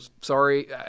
sorry